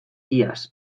iaz